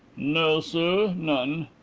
no, sir none.